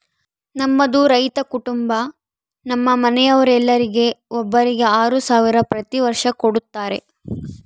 ನಮ್ಮದು ರೈತ ಕುಟುಂಬ ನಮ್ಮ ಮನೆಯವರೆಲ್ಲರಿಗೆ ಒಬ್ಬರಿಗೆ ಆರು ಸಾವಿರ ಪ್ರತಿ ವರ್ಷ ಕೊಡತ್ತಾರೆ